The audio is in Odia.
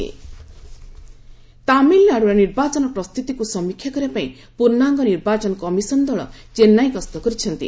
ଇସି ତାମିଲ୍ନାଡୁ ତାମିଲନାଡୁର ନିର୍ବାଚନ ପ୍ରସ୍ତୁତିକୁ ସମୀକ୍ଷା କରିବା ପାଇଁ ପୂର୍ଣ୍ଣାଙ୍ଗ ନିର୍ବାଚନ କମିଶନ୍ ଦଳ ଚେନ୍ନାଇ ଗସ୍ତ କରିଛନ୍ତି